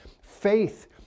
faith